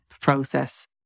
process